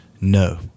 No